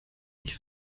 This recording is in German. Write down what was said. nicht